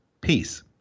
peace